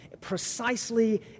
precisely